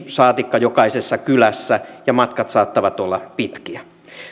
saatikka jokaisessa kylässä ja matkat saattavat olla pitkiä